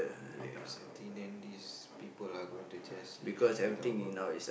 yes I think then these people are going to just leave without work